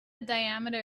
diameter